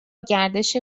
گردش